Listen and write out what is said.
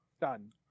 Done